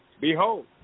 Behold